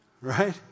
Right